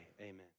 amen